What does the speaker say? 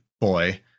boy